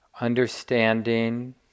understanding